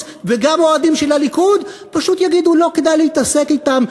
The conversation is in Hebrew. וגם אוהדים של הליכוד פשוט יגידו: לא כדאי להתעסק אתם,